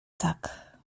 tak